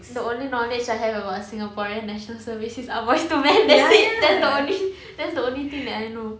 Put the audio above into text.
the only knowledge I have about singaporean national service is ah boys to men that's it that's the only that's the only thing that I know